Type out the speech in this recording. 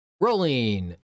Rolling